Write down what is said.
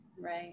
Right